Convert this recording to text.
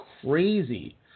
crazy